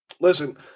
listen